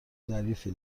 ظریفی